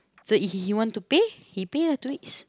so if he he want to pay he pay two weeks